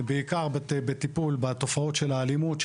בעיקר בטיפול בתופעות של האלימות,